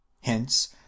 hence